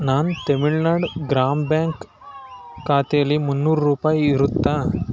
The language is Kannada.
ನನ್ನ ತಮಿಳ್ನಾಡು ಗ್ರಾಮ್ ಬ್ಯಾಂಕ್ ಖಾತೆಲಿ ಮುನ್ನೂರು ರೂಪಾಯಿ ಇರುತ್ತಾ